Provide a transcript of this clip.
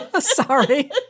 Sorry